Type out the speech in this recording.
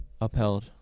Upheld